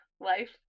life